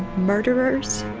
murderers?